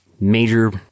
major